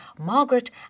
Margaret